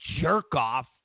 jerk-off